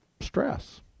stress